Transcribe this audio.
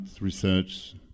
research